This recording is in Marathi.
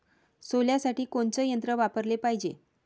सोल्यासाठी कोनचं यंत्र वापराले पायजे?